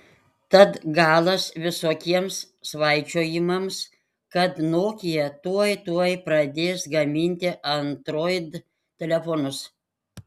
tad galas visokiems svaičiojimams kad nokia tuoj tuoj pradės gaminti android telefonus